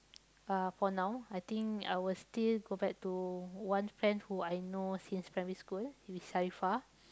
uh for now I think I will still go back to one friend who I know since primary school who is Syarifah